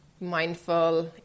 mindful